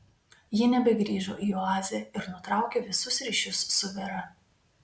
ji nebegrįžo į oazę ir nutraukė visus ryšius su vera